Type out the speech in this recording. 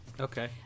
Okay